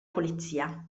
polizia